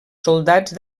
soldats